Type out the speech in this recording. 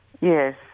Yes